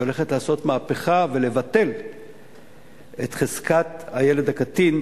שכנראה הולכת לעשות מהפכה ולבטל את חזקת הילד הקטין,